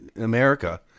America